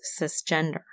cisgender